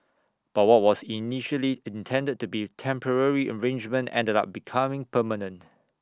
but what was initially intended to be temporary arrangement ended up becoming permanent